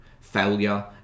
failure